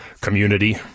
community